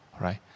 Right